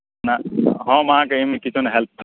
नहि हम अहाँकेँ अइमे किछो नहि हेल्प कऽ सकैत छी